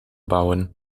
bouwen